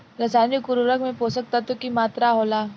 रसायनिक उर्वरक में पोषक तत्व की मात्रा होला?